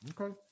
okay